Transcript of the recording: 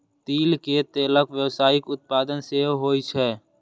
तिल के तेलक व्यावसायिक उत्पादन सेहो होइ छै